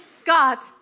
Scott